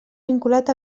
vinculat